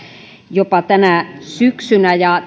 jopa tänä syksynä ja